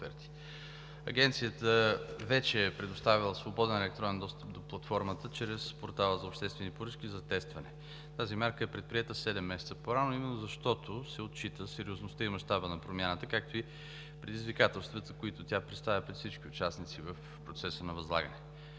Агенцията вече е предоставила свободен електронен достъп до платформата чрез портала за обществени поръчки за тестване. Тази мярка е предприета седем месеца по-рано именно защото се отчита сериозността и мащабът на промяната, както и предизвикателствата, които тя поставя пред всички участници в процеса на възлагане.